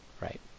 Right